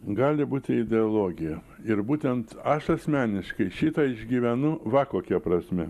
gali būti ideologija ir būtent aš asmeniškai šitą išgyvenu va kokia prasme